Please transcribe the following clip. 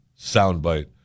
soundbite